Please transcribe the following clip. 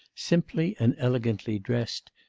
simply and elegantly dressed,